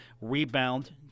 rebound